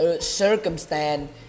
circumstance